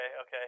okay